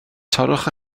torrwch